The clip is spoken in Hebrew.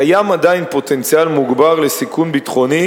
קיים עדיין פוטנציאל מוגבר לסיכון ביטחוני